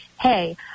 hey